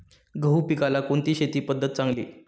गहू पिकाला कोणती शेती पद्धत चांगली?